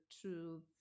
truth